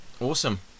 awesome